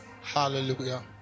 Hallelujah